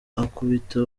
akubita